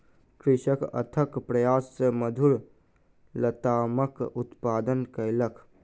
कृषक अथक प्रयास सॅ मधुर लतामक उत्पादन कयलक